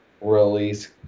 release